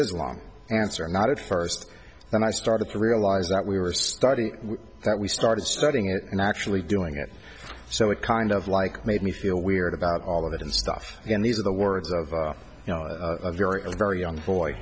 islam answer not at first then i started to realize that we were starting that we started studying it and actually doing it so it kind of like made me feel weird about all of it and stuff and these are the words of a very very young boy